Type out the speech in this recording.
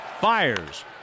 fires